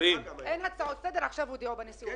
אין הצעות לסדר, עכשיו הודיעו בנשיאות.